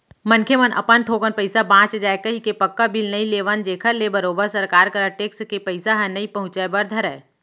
मनखे मन अपन थोकन पइसा बांच जाय कहिके पक्का बिल नइ लेवन जेखर ले बरोबर सरकार करा टेक्स के पइसा ह नइ पहुंचय बर धरय